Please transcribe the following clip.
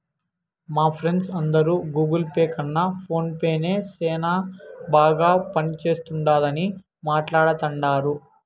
మా ఫ్రెండ్స్ అందరు Google Pay కన్న ఫోన్ పే నే సేనా బాగా పనిచేస్తుండాదని మాట్లాడతాండారు